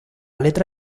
letra